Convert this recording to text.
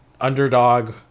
underdog